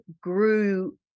grew